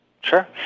Sure